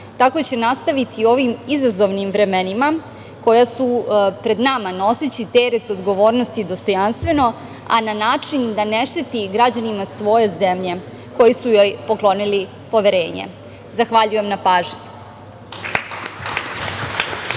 tako će nastaviti u ovim izazovnim vremenima koja su pred nama, noseći teret odgovornosti dostojanstveno, a na način da ne šteti građanima svoje zemlje koji su joj poklonili poverenje. Zahvaljujem na pažnji.